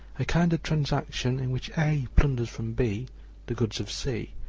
a kind of transaction in which a plunders from b the goods of c,